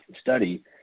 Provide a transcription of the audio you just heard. study